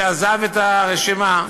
שעזב את הרשימה.